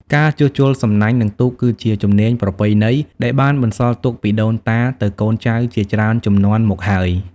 ការជួសជុលសំណាញ់ និងទូក គឺជាជំនាញប្រពៃណីដែលបានបន្សល់ទុកពីដូនតាទៅកូនចៅជាច្រើនជំនាន់មកហើយ។